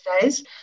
days